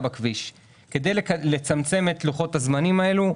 כדי לצמצם את לוחות הזמנים האלה,